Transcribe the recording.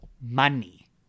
money